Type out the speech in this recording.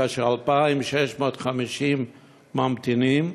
כאשר 2,650 ממתינים,